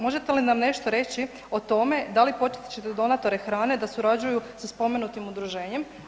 Možete li nam nešto reći o tome, da li ... donatore hrane da surađuju sa spomenutim udruženjem?